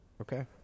Okay